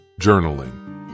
Journaling